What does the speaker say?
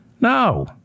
no